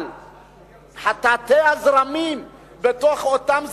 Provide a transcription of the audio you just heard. אבל התת-זרמים בתוך אותם זרמים,